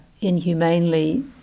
inhumanely